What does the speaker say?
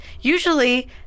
usually